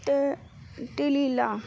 ਟ ਟਲੀਲਾ